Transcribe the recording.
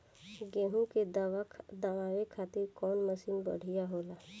गेहूँ के दवावे खातिर कउन मशीन बढ़िया होला?